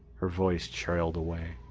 her voice trailed away.